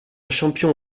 champion